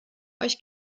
euch